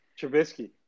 Trubisky